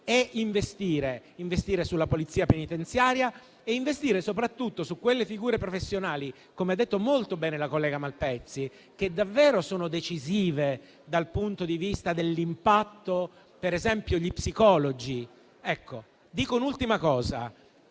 è investire nella Polizia penitenziaria e soprattutto nelle figure professionali che, come ha detto molto bene la collega Malpezzi, sono davvero decisive dal punto di vista dell'impatto, per esempio gli psicologi.